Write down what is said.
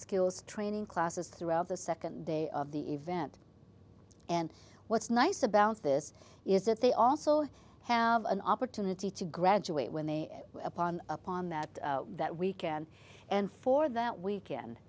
skills training classes throughout the second day of the event and what's nice about this is that they also have an opportunity to graduate when they upon upon that that weekend and for that weekend